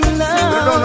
love